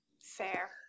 Fair